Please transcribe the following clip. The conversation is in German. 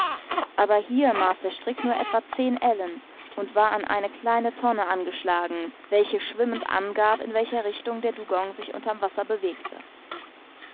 aber hier maß der strick nur etwa zehn ellen und war an eine kleine tonne angeschlagen welche schwimmend angab in welcher richtung der dugong sich unter'm wasser bewegte